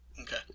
Okay